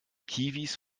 kiwis